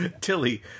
Tilly